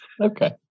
Okay